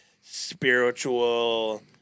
spiritual